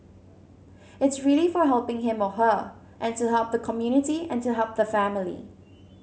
it's really for helping him or her and to help the community and to help the family